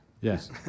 Yes